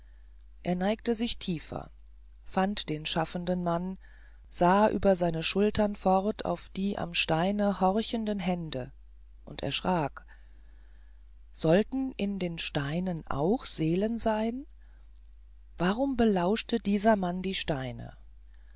er neigte sich tiefer fand den schaffenden mann sah über seine schultern fort auf die am steine horchenden hände und erschrak sollten in den steinen auch seelen sein warum belauschte dieser mann die steine